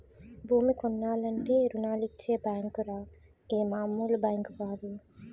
భూమి కొనాలంటే రుణాలిచ్చే బేంకురా ఇది మాములు బేంకు కాదు